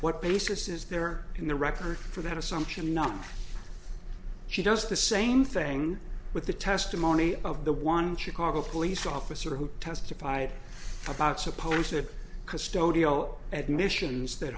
what basis is there in the record for that assumption not she does the same thing with the testimony of the one chicago police officer who testified about suppose that custodial admissions that